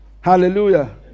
Hallelujah